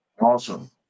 Awesome